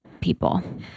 people